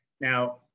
Now